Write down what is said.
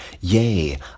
yea